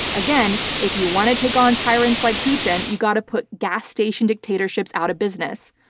again, if you want to take on tyrants like putin, you've got to put gas station dictatorships out of business.